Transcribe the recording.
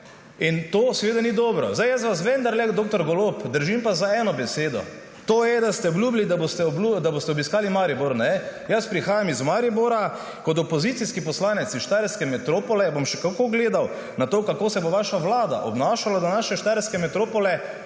In to seveda ni dobro. Jaz vas vendarle, dr. Golob, držim pa za eno besedo, to je, da ste obljubili, da boste obiskali Maribor. Jaz prihajam iz Maribora. Kot opozicijski poslanec iz štajerske metropole bom še kako gledal na to, kako se bo vaša vlada obnašala do naše štajerske metropole.